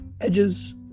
edges